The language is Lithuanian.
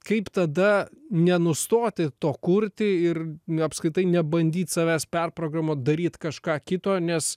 kaip tada nenustoti to kurti ir apskritai nebandyt savęs perprogramuot daryt kažką kito nes